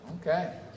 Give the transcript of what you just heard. Okay